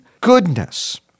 goodness